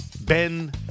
Ben